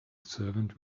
servant